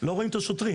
לא רואים את השוטרים.